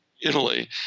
Italy